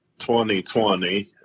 2020